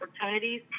opportunities